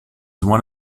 one